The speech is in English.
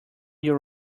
your